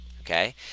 okay